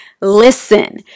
Listen